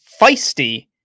feisty